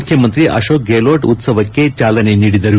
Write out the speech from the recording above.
ಮುಖ್ಯಮಂತ್ರಿ ಅಶೋಕ್ ಗೆಲೋಟ್ ಉತ್ತವಕ್ಕೆ ಚಾಲನೆ ನೀಡಿದರು